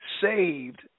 saved